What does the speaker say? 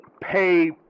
pay